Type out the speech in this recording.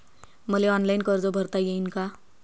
मले ऑनलाईन कर्ज भरता येईन का?